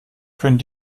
können